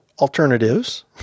alternatives